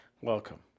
Welcome